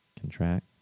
contract